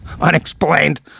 unexplained